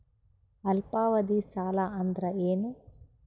ಅಲ್ಪಾವಧಿ ಸಾಲ ಅಂದ್ರ ಏನು?